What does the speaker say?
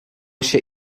się